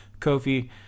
Kofi